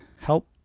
help